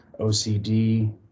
OCD